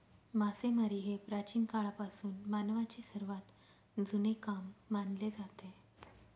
मासेमारी हे प्राचीन काळापासून मानवाचे सर्वात जुने काम मानले जाते